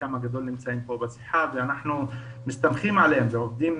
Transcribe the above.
חלקם הגדול נמצאים פה בשיחה ואנחנו מסתמכים עליהם ועובדים